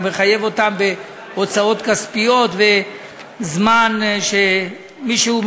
וגם מחייב אותם בהוצאות כספיות וזמן שמישהו עם